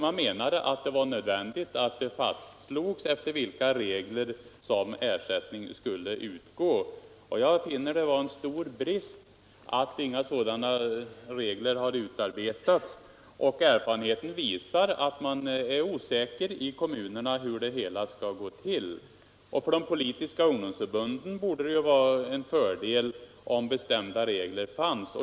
Man menade att det var nödvändigt att det fastslogs efter vilka regler ersättning skulle utgå. Jag finner det vara en stor brist att inga sådana här regler har utarbetats. Erfarenheten visar att man är osäker i kommunerna om hur det hela skall gå till. Och för de politiska ungdomsförbunden borde det ju vara en fördel om bestämda regler fanns.